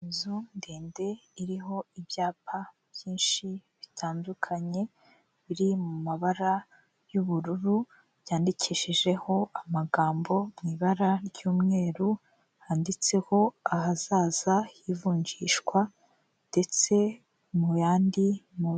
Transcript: Inzu ndende iriho ibyapa byinshi bitandukanye, biri mu mabara y'ubururu byandikishijeho amagambo mu ibara ry'umweru, handitseho ahazaza h'ivunjishwa ndetse muyandi.